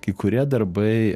kai kurie darbai